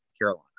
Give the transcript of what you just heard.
Carolina